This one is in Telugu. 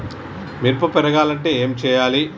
మిరప పెరగాలంటే ఏం పోయాలి?